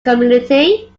community